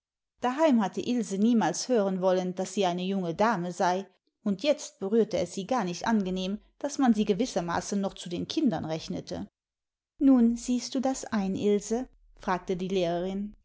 daheim hatte ilse niemals hören wollen daß sie eine junge dame sei und jetzt berührte es sie gar nicht angenehm daß man sie gewissermaßen noch zu den kindern rechnete nun siehst du das ein ilse fragte die lehrerin